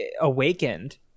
awakened